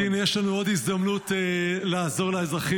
אז הינה, יש לנו עוד הזדמנות לעזור לאזרחים.